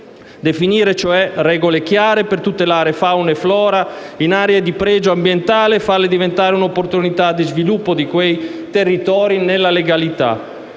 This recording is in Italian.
cioè, regole chiare per tutelare fauna e flora in aree di pregio ambientale e farle diventare un'opportunità di sviluppo di quei territori nella legalità.